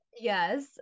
Yes